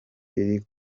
iri